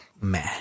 meh